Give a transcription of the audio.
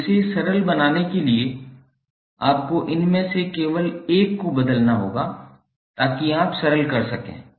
अब इसे सरल बनाने के लिए आपको इनमें से केवल 1 को बदलना होगा ताकि आप सरल कर सकें